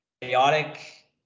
chaotic